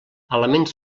elements